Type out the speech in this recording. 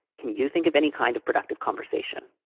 can you think of any kind of productive conversation?